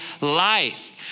life